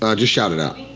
ah just shout it out.